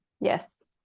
yes